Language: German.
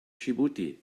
dschibuti